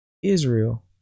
Israel